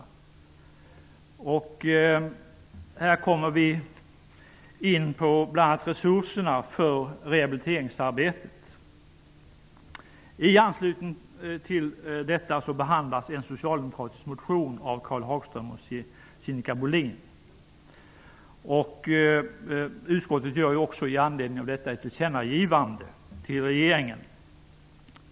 I och med det kommer vi in på frågan om resurserna för rehabiliteringsarbetet. I anslutning till detta behandlas en socialdemokratisk motion av Karl Hagström och Sinikka Bohlin. Utskottet gör också i anledning av motionen ett tillkännagivande till regeringen.